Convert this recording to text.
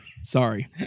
Sorry